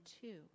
two